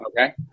Okay